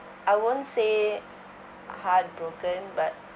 I won't say heartbroken but